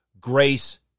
grace